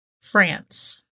France